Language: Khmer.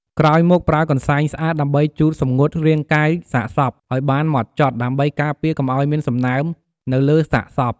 ក្រោយមកប្រើកន្សែងស្អាតដើម្បីជូតសម្ងួតរាងកាយសាកសពឱ្យបានហ្មត់ចត់ ដើម្បីការពារកុំឱ្យមានសំណើមនៅលើសាកសព។